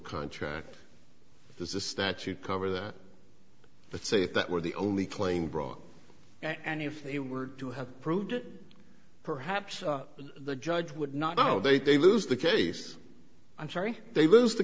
contract there's a statute cover that but say if that were the only claim brought and if they were to have approved it perhaps the judge would not know they they lose the case i'm sorry they lose the